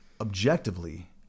objectively